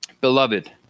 beloved